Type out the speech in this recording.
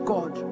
God